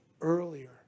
earlier